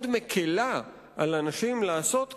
מאוד מקלה על הנשים לעשות כן,